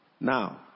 now